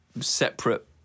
separate